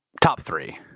top three,